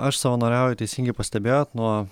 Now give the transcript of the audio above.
aš savanoriauju teisingai pastebėjot nuo